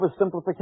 oversimplification